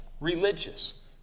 religious